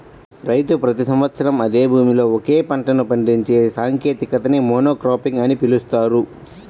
రైతు ప్రతి సంవత్సరం అదే భూమిలో ఒకే పంటను పండించే సాంకేతికతని మోనోక్రాపింగ్ అని పిలుస్తారు